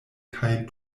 kaj